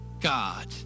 God